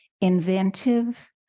inventive